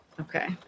Okay